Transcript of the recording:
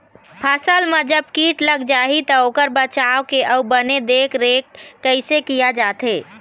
फसल मा जब कीट लग जाही ता ओकर बचाव के अउ बने देख देख रेख कैसे किया जाथे?